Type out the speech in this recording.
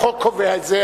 החוק קובע את זה,